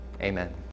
Amen